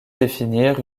définir